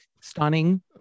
stunning